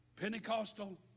Pentecostal